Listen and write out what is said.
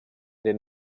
den